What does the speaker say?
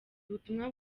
ubutumwa